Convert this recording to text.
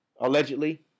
allegedly